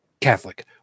catholic